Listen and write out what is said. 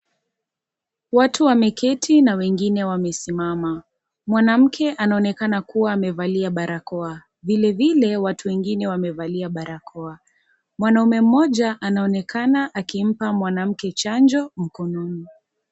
Watu wameketi na wengine wamesimama mwanamke anonekana kuwa amevalia barakoa vilevile watu wengine wamevalia barakoa, mwanaume mmoja anaonekana akimpa mwanamke chanjo mkononi.